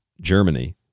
Germany